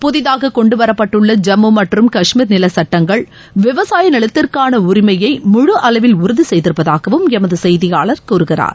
புதிதாக கொண்டுவரப்பட்டுள்ள ஜம்மு மற்றம் கஷ்மீர் நிலச் சட்டங்கள் விவசாய நிலத்திற்கான உரிமையை முழு அளவில் உறுதி செய்திருப்பதாகவும் எமது செய்தியாளர் கூறுகிறார்